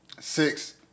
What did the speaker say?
Six